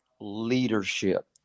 leadership